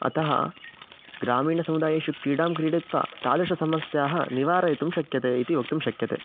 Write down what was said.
अतः ग्रामीणसमुदायेषु क्रीडां क्रीडित्वा तादृशसमस्याः निवारयितुं शक्यते इति वक्तुं शक्यते